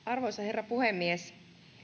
arvoisa herra puhemies